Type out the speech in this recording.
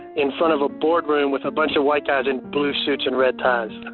in front of a boardroom with a bunch of white guys in blue suits and red ties.